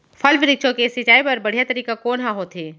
फल, वृक्षों के सिंचाई बर बढ़िया तरीका कोन ह होथे?